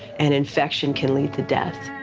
and infection can lead to death.